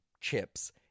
chips